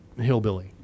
hillbilly